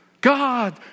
God